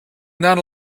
not